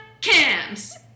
cams